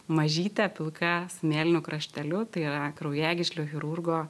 mažyte pilka mėlynu krašteliu tai yra kraujagyslių chirurgo